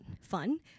fun